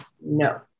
no